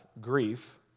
grief